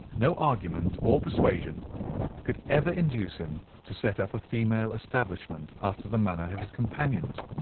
no argument or persuasion could ever induce him to set up a female establishment after the manner of his companions.